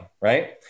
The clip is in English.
right